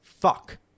fuck